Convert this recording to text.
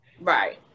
Right